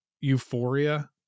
Euphoria